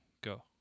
Go